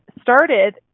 started